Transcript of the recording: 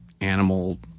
animal